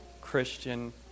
Christian